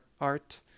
Art